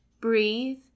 Breathe